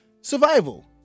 survival